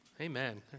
Amen